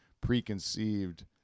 preconceived